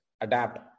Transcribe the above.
adapt